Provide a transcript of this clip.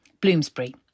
Bloomsbury